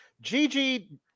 Gigi